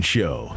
Show